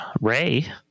Ray